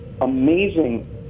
amazing